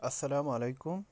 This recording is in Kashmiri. اَسَلامُ علیکُم